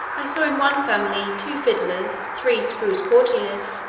i saw in one family two fiddlers, three spruce courtiers,